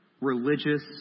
religious